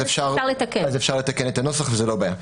אז אפשר לתקן את הנוסח וזה לא בעיה.